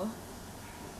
so the place is